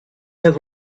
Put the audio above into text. have